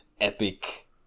epic